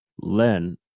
learn